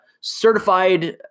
certified